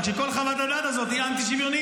רק שכל חוות הדעת הזאת היא אנטי-שוויונית.